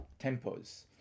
tempos